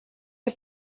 die